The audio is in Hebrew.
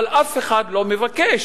אבל אף אחד לא מבקש,